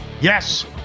yes